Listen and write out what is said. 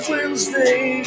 Wednesday